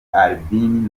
albin